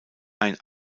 ein